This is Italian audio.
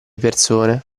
persone